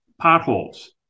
potholes